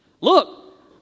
Look